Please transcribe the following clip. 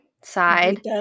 side